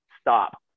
stop